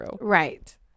Right